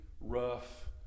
rough